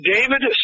David